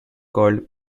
called